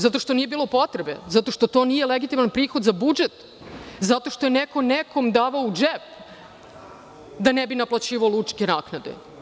Zato što nije bilo potrebe, zato što to nije legitiman prihod za budžet, zato što je neko nekome davao u džep da ne bi naplaćivao lučke naknade.